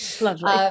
Lovely